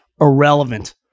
irrelevant